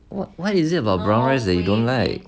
what is it about brown rice that you don't like